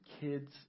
kids